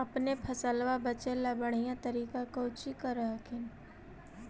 अपने फसलबा बचे ला बढ़िया तरीका कौची कर हखिन?